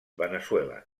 veneçuela